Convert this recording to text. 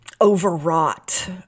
overwrought